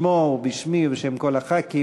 בשמו ובשמי ובשם כל חברי הכנסת,